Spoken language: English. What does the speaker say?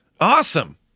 Awesome